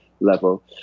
level